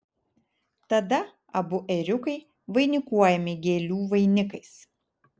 tada abu ėriukai vainikuojami gėlių vainikais